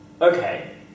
Okay